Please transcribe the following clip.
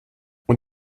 und